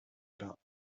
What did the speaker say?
about